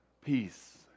peace